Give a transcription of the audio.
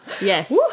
Yes